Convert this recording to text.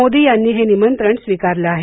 मोदी यांनी हे निमंत्रण स्वीकारलं आहे